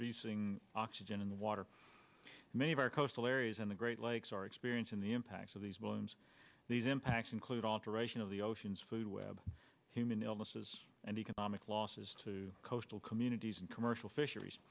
greasing oxygen in the water many of our coastal areas and the great lakes are experiencing the impacts of these blooms these impacts include alteration of the oceans food web human illnesses and economic losses to coastal communities and commercial fisheries